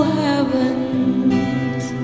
heavens